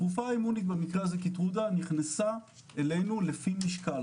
התרופה האמונית- -- נכנסה אלינו לפי משקל